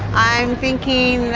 i'm thinking that